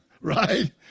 Right